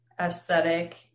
aesthetic